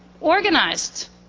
organized